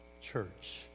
church